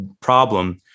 problem